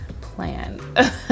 plan